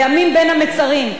בימים שבין המצרים,